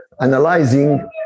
analyzing